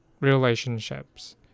relationships